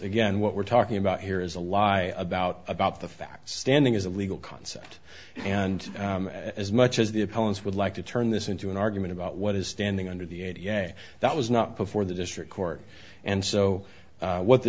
again what we're talking about here is a lie about about the fact standing is a legal concept and as much as the opponents would like to turn this into an argument about what is standing under the ada yeah that was not before the district court and so what the